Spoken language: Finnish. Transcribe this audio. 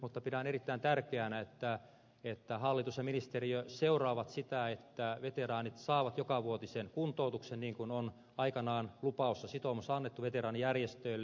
mutta pidän erittäin tärkeänä että hallitus ja ministeriö seuraavat sitä että veteraanit saavat jokavuotisen kuntoutuksen niin kuin on aikanaan lupaus ja sitoumus annettu veteraanijärjestöille